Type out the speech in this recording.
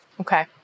Okay